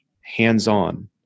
hands-on